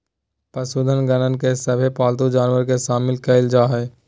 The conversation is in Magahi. पशुधन गणना में सभे पालतू जानवर के शामिल कईल जा हइ